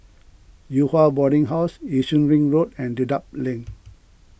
Yew Hua Boarding House Yi Shun Ring Road and Dedap Link